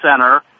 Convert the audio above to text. center